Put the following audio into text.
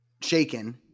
shaken